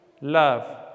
Love